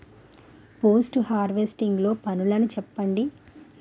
Post harvesting లో పనులను చెప్పండి?